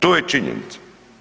To je činjenica.